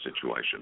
situation